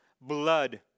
blood